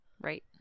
Right